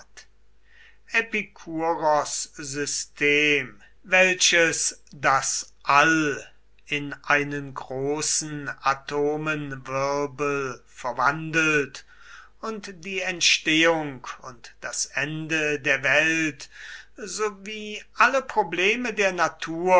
system welches das all in einen großen atomenwirbel verwandelt und die entstehung und das ende der welt sowie alle probleme der natur